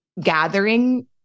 gathering